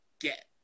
get